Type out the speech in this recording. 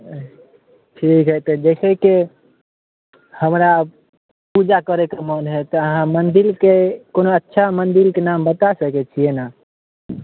ठीक हइ तऽ देखै छिए हमरा पूजा करैके मोन हइ तऽ अहाँ मन्दिरके कोनो अच्छा मन्दिरके नाम बता सकै छिए ने